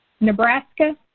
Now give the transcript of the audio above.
Nebraska